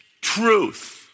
truth